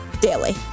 daily